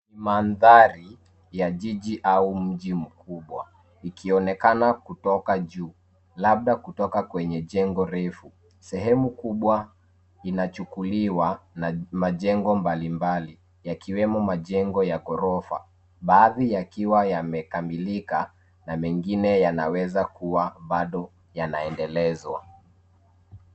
Mandhari ya jiji au mji mkubwa ikionekana kutoka juu labda kutoka kwenye jengo refu. Sehemu kubwa inachukuliwa na majengo mbalimbali yakiwemo majengo ya ghorofa. Baadhi yakiwa yamekamilika na mengine yanaweza kuwa bado yanaedelezwa.